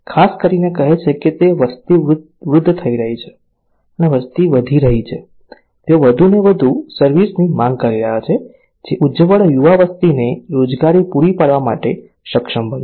ખાસ કરીને કહે છે કે વસ્તી વૃદ્ધ થઈ રહી છે અને વસ્તી વધી રહી છે તેઓ વધુને વધુ સર્વિસ ની માંગ કરી રહ્યા છે જે ઉજ્જવળ યુવા વસ્તીને રોજગારી પૂરી પાડવા માટે સક્ષમ બનશે